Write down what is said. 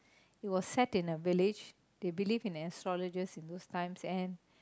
it was set in a village they believed in astrologer in those time and